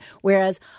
Whereas